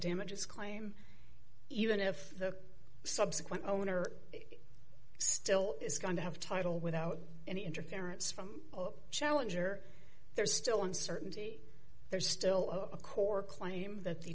damages claim even if the subsequent owner still is going to have title without any interference from challenger there is still uncertainty there's still a core claim that the